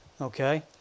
okay